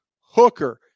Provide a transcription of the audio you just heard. Hooker